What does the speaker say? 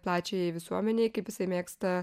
plačiajai visuomenei kaip jisai mėgsta